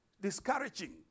discouraging